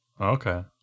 Okay